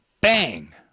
bang